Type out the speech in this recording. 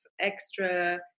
extra